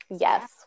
Yes